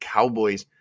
Cowboys